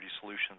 solutions